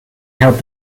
help